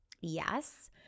Yes